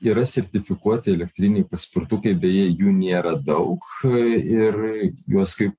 yra sertifikuoti elektriniai paspirtukai beje jų nėra daug ir juos kaip